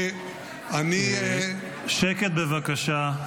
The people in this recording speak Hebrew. שקט, בבקשה.